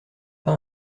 pas